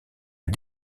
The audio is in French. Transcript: est